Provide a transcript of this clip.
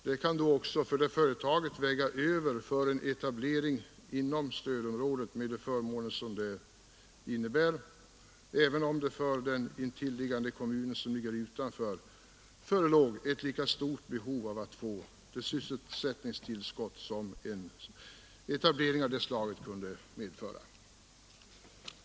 Det kan för det företaget väga över för en etablering inom stödområdet med de förmåner som detta medför, även om det för den intilliggande kommunen utanför stödområdet föreligger ett lika stort behov av att få det sysselsättningstillskott som en etablering av det här slaget medför.